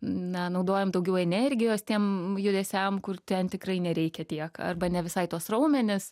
na naudojant daugiau energijos tiem judesiam kur ten tikrai nereikia tiek arba ne visai tuos raumenis